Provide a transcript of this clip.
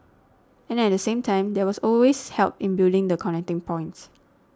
and at the same time there was always help in building the connecting points